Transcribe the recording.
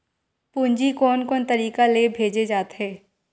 पूंजी कोन कोन तरीका ले भेजे जाथे?